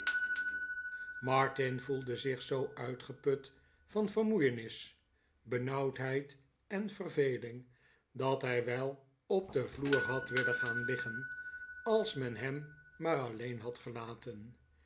voelde zich zoo uitgeput van vermoeienis benauwdheid en verveling dat hij wel op den vloer had willen gaan iiggen als men hem maar alleen had gelaten